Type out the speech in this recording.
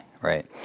right